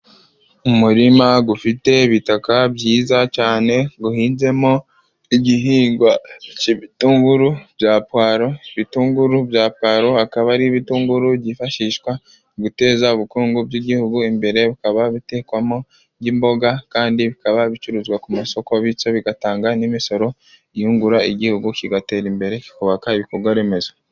Umurima ufite ibitaka byiza cyane, uhinzemo igihingwa cy'ibitunguru bya puwaro, ibitunguru bya puwaro bikaba ari ibitunguru byifashishwa mu guteza ubukungu bw'igihugu imbere, bikaba bitekwamo nk'imboga kandi bikaba bicuruzwa ku masoko, bityo bigatanga n'imisoro yungura igihugu kigatera imbere kikubaka ibikorwa remezo.